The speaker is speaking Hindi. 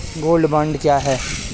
गोल्ड बॉन्ड क्या है?